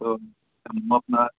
ত' কামত না